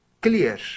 clear